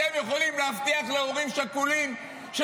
אתם יכולים להבטיח להורים שכולים של